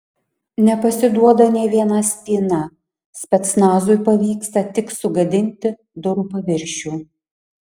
nepasiduoda nė viena spyna specnazui pavyksta tik sugadinti durų paviršių